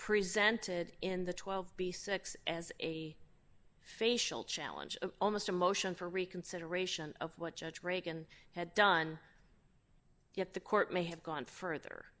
presented in the twelve b six as a facial challenge of almost a motion for reconsideration of what judge reagan had done yet the court may have gone further